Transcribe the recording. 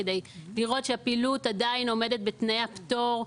כדי לראות שהפעילות עדיין עומדת בתנאי הפטור,